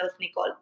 Nicole